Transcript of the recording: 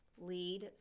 lead